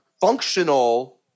functional